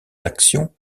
actions